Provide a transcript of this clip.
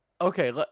Okay